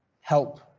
help